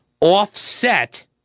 offset